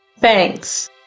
Thanks